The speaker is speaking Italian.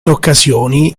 occasioni